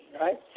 right